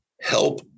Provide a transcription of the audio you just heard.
help